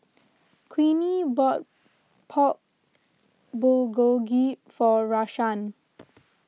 Queenie bought Pork Bulgogi for Rashaan